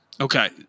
Okay